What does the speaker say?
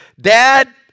Dad